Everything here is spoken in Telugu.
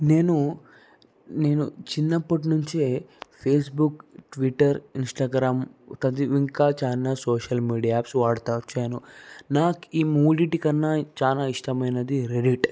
నేనూ నేను చిన్నప్పటి నుంచే ఫేస్బుక్ ట్విట్టర్ ఇంస్టాగ్రామ్ ఒకది ఇంకా చాలా సోషల్ మీడియా యాప్స్ వాడుతూ వచ్చాను నాకు ఈ మూడింటి కన్నా చాలా ఇష్టమైనది రెడీట్